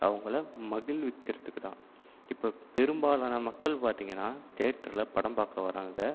அவங்களை மகிழ்விக்கறத்துக்கு தான் இப்போ பெரும்பாலான மக்கள் பார்த்தீங்கன்னா தியேட்டரில் படம் பார்க்க வர்றாங்க